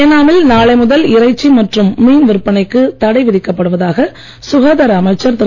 ஏனாமில் நாளை முதல் இறைச்சி மற்றும் மீன் விற்பனைக்கு தடை விதிக்கப்படுவதாக சுகாதார அமைச்சர் திரு